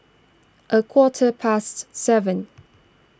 a quarter past seven